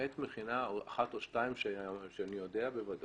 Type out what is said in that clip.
למעט מכינה אחת או שתיים שאני יודע בוודאות